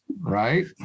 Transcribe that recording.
right